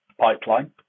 pipeline